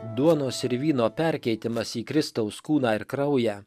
duonos ir vyno perkeitimas į kristaus kūną ir kraują